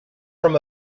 from